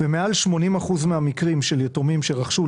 ומעל 80% מהמקרים של יתומים שרכשו,